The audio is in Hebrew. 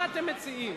מה אתם מציעים?